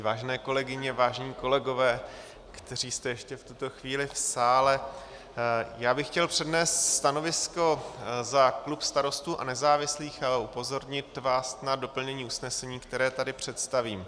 Vážené kolegyně, vážení kolegové, kteří jste ještě v tuto chvíli v sále, já bych chtěl přednést stanovisko za klub Starostů a nezávislých a upozornit vás na doplnění usnesení, které tady představím.